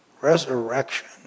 resurrection